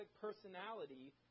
personality